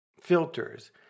filters